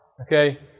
okay